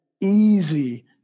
easy